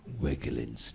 wiggling